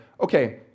okay